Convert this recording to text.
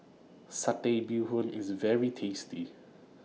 Satay Bee Hoon IS very tasty